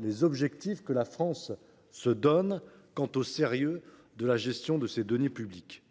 les objectifs que la France se donne quant au sérieux de la gestion de ses deniers publics.